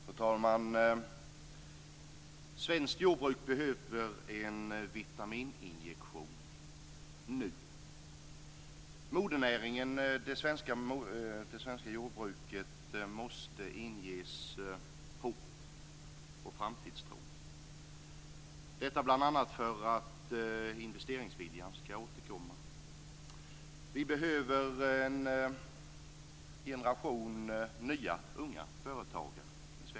Fru talman! Svenskt jordbruk behöver nu en vitamininjektion. Modernäringen, det svenska jordbruket, måste inges hopp och framtidstro. Detta bl.a. för att investeringsviljan skall återkomma. Vi behöver en generation nya unga företagare i svenskt jordbruk.